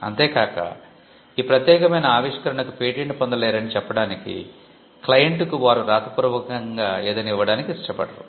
అంతే కాక ఈ ప్రత్యేకమైన ఆవిష్కరణకు పేటెంట్ పొందలేరని చెప్పడానికి క్లయింట్కు వారు వ్రాతపూర్వకంగా ఏదైనా ఇవ్వడానికి ఇష్టపడరు